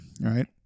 right